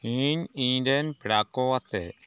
ᱤᱧ ᱤᱧᱨᱮᱱ ᱯᱮᱲᱟᱠᱚ ᱟᱛᱮ